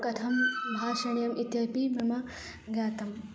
कथं भाषणीयम् इत्यपि मम ज्ञातम्